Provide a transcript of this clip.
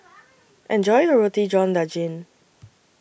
Enjoy your Roti John Daging